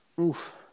Oof